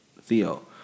Theo